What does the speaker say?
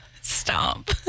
Stop